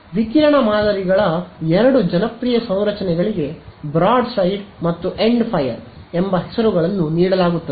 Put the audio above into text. ವಿಕಿರಣ ಮಾದರಿಗಳ ಎರಡು ಜನಪ್ರಿಯ ಸಂರಚನೆಗಳಿಗೆ ಬ್ರಾಡ್ಸೈಡ್ ಮತ್ತು ಎಂಡ್ಫೈರ್ ಎಂಬ ಹೆಸರುಗಳನ್ನು ನೀಡಲಾಗುತ್ತದೆ